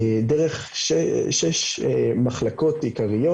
דרך שש מחלקות עיקריות.